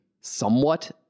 somewhat